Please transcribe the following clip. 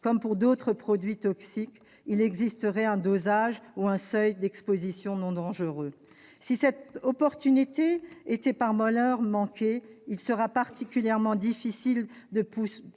cas pour d'autres produits toxiques, il existerait un dosage ou un niveau d'exposition non dangereux. Si cette occasion était par malheur manquée, il serait particulièrement difficile de poursuivre